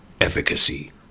efficacy